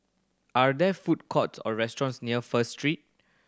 are there food courts or restaurants near First Street